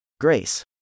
Grace